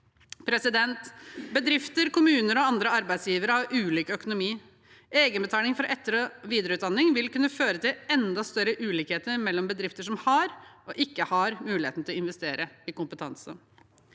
oss langt. Bedrifter, kommuner og andre arbeidsgivere har ulik økonomi. Egenbetaling for etter- og videreutdanning vil kunne føre til enda større ulikheter mellom be drifter som har og ikke har muligheten til å investere i kompetanse.